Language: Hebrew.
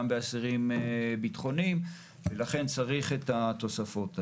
באסירים ביטחוניים ולכן צריך את התוספות האלה.